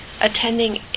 Attending